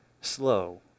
slow